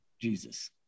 Jesus